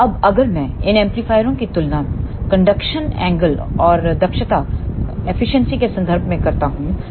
अब अगर मैं इन एम्पलीफायरों की तुलना कंडक्शन एंगल और दक्षता के संदर्भ में करता हूं